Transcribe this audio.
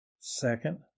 Second